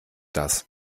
das